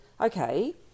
okay